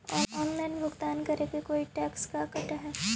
Online भुगतान करे को कोई टैक्स का कटेगा?